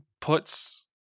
puts